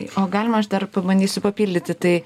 o galima aš dar pabandysiu papildyti tai